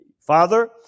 Father